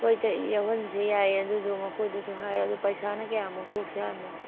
ꯍꯣꯏꯗ ꯌꯥꯎꯍꯟꯁꯤ ꯌꯥꯏ ꯑꯗꯨꯗꯨ ꯃꯈꯣꯏꯗꯁꯨ ꯍꯥꯏꯔꯒꯦ ꯄꯩꯁꯥꯅ ꯀꯌꯥꯃꯨꯛ ꯊꯣꯛꯁꯦ ꯍꯥꯏꯔꯤꯅꯣ